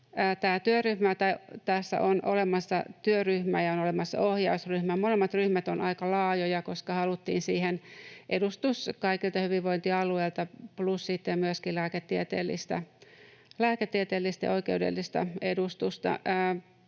Tässä on olemassa työryhmä ja on olemassa ohjausryhmä. Molemmat ryhmät ovat aika laajoja, koska haluttiin siihen edustus kaikilta hyvinvointialueilta plus sitten myöskin lääketieteellistä ja oikeudellista edustusta.